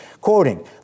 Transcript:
Quoting